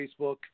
Facebook